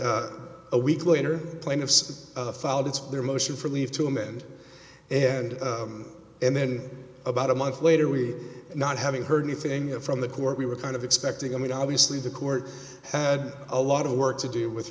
a week later plaintiffs filed its their motion for leave to amend and and then about a month later we not having heard anything from the court we were kind of expecting i mean obviously the court had a lot of work to do with